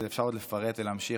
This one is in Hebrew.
ואפשר עוד לפרט ולהמשיך,